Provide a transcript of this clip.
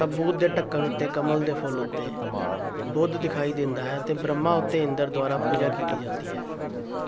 ਤਾਬੂਤ ਦੇ ਢੱਕਣ ਉੱਤੇ ਕਮਲ ਦੇ ਫੁੱਲ ਉੱਤੇ ਬੁੱਧ ਦਿਖਾਈ ਦਿੰਦਾ ਹੈ ਅਤੇ ਬ੍ਰਹਮਾ ਉੱਤੇ ਇੰਦਰ ਦੁਆਰਾ ਪੂਜਾ ਕੀਤੀ ਜਾਂਦੀ ਹੈ